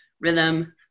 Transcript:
rhythm